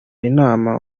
inama